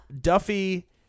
Duffy